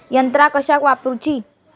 यंत्रा कशाक वापुरूची?